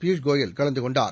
பியூஸ்கோயல்கலந்து கொண்டார்